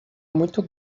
muito